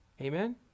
Amen